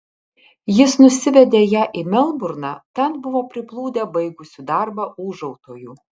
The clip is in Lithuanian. jis nusivedė ją į melburną ten buvo priplūdę baigusių darbą ūžautojų